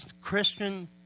Christian